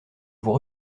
vous